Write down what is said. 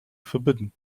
forbidden